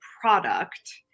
product